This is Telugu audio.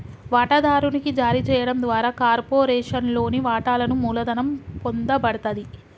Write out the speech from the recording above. వాటాదారునికి జారీ చేయడం ద్వారా కార్పొరేషన్లోని వాటాలను మూలధనం పొందబడతది